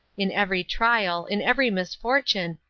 in every trial, in every misfortune,